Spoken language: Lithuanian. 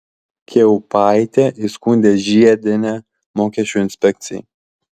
kiaupaitė įskundė žiedienę mokesčių inspekcijai